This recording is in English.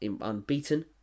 unbeaten